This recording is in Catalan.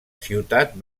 ciutat